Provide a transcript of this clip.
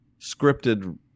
scripted